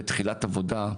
ותחילת עבודה,